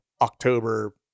October